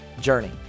journey